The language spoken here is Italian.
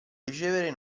ricevere